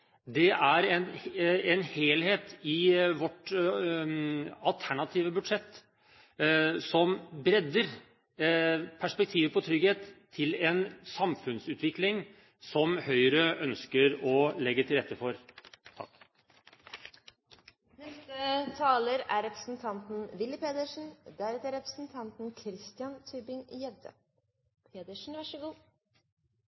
Det er en helhet i vårt alternative budsjett som bredder perspektivet på trygghet til en samfunnsutvikling som Høyre ønsker å legge til rette for.